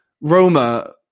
Roma